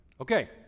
Okay